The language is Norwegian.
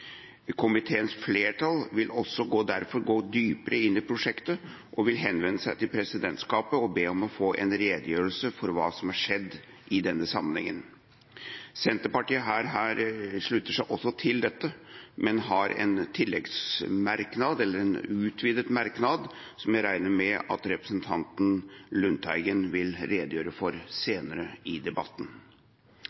Komiteens flertall vil derfor gå dypere inn i prosjektet og vil henvende seg til presidentskapet og be om å få en redegjørelse for hva som er skjedd i denne sammenhengen. Senterpartiet slutter seg også til dette, men har en tilleggsmerknad, eller en utvidet merknad, som jeg regner med at representanten Lundteigen vil redegjøre for senere i debatten.